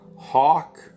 Hawk